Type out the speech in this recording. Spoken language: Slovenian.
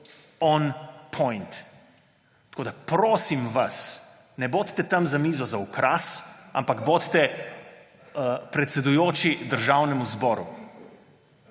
on point. Tako da prosim vas, ne bodite tam za mizo za okras, ampak bodite predsedujoči državnemu zboru.